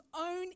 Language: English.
own